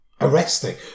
arresting